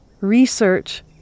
research